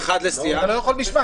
אתה לא יכול בשמה.